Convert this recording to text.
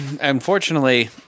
unfortunately